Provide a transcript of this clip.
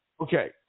Okay